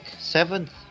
seventh